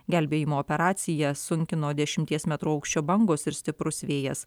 gelbėjimo operaciją sunkino dešimties metrų aukščio bangos ir stiprus vėjas